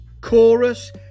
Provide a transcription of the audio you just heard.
chorus